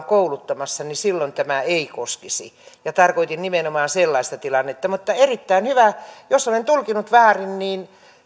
kouluttamassa niin silloin tämä ei koskisi ja tarkoitin nimenomaan sellaista tilannetta mutta erittäin hyvä jos olen tulkinnut väärin